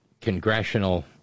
congressional